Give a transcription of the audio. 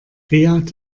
riad